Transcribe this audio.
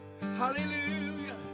Hallelujah